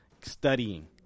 studying